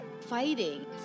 fighting